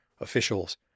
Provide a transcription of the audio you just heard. officials